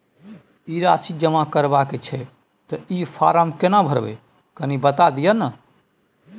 ई राशि जमा करबा के छै त ई फारम केना भरबै, कनी बता दिय न?